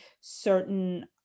certain